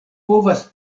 povas